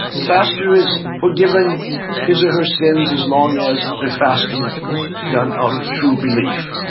the faster is forgiven his or her sins as long as their fasting is done out of true belief.